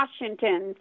Washington